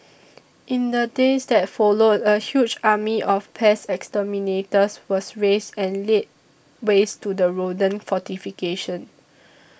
in the days that followed a huge army of pest exterminators was raised and laid waste to the rodent fortification